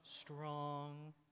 strong